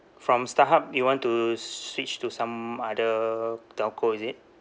from starhub you want to s~ switch to some other telco is it